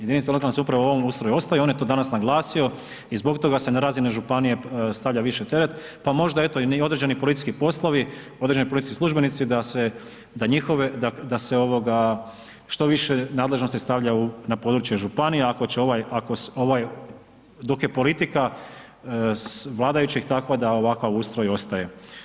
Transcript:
Jedinica lokalne samouprave u ovom ustroju ostaje i on je to danas naglasio i zbog toga se na razine županije stavlja više teret, pa možda eto i određeni policijski poslovi, određeni policijski službenici, da se, da njihove, da se ovoga što više nadležnosti stavlja na područje županije ako će ovaj, ako ovaj, dok je politika vladajućih takva da ovakav ustroj ostaje.